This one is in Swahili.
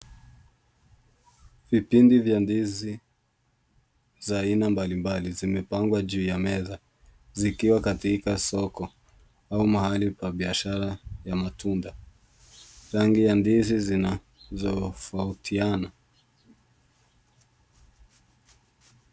Vipindi vya ndizi za aina mbalimbali zimepangwa juu ya meza zikiwa katika soko au mahali pa biashara ya matunda. Rangi ya ndizi zinatofautiana.